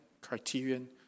criterion